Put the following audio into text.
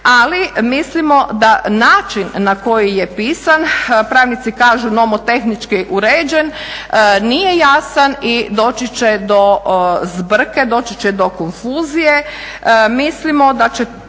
ali mislimo da način na koji je pisan, pravnici kažu nomotehnički uređen, nije jasan i doći će do zbrke, doći će ko konfuzije. Mislimo da će